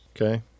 okay